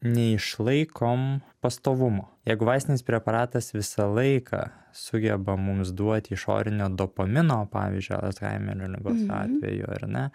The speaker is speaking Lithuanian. neišlaikom pastovumo jeigu vaistinis preparatas visą laiką sugeba mums duoti išorinio dopamino pavyzdžiui alzheimerio ligos atveju ar ne